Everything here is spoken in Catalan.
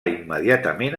immediatament